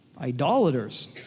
Idolaters